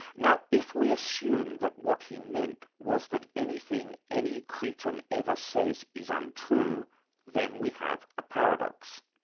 now if we assume that what he meant was that anything any cretin ever says is untrue then we have a paradox.